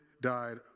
died